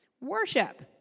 Worship